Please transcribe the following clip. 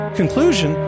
conclusion